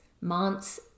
months